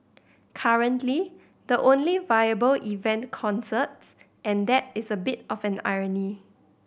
currently the only viable event concerts and that is a bit of an irony